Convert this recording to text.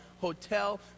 hotel